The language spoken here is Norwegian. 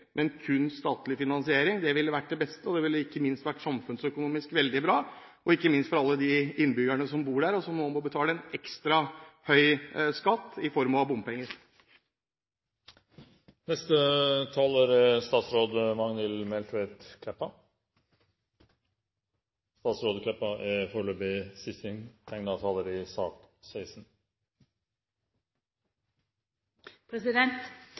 Men jeg er kjempeglad for at vi får på plass en veiløsning, og at man får på plass denne utbyggingen. Det skulle selvfølgelig vært gjort helt uten bompenger, med kun statlig finansiering. Det ville vært det beste. Det ville ikke minst vært samfunnsøkonomisk veldig bra – ikke minst for alle innbyggerne som bor der, som nå må betale en ekstra høy skatt i form av